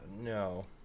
no